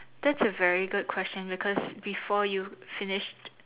that's a very good question because before you finished